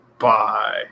Bye